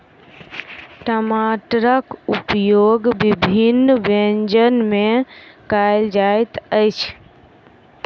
टमाटरक उपयोग विभिन्न व्यंजन मे कयल जाइत अछि